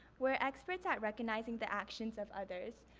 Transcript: we're experts at recognizing the actions of others.